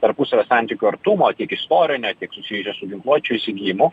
tarpusavio santykių artumo tiek istorine tiek susijusia su ginkluočių įsigijimu